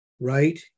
right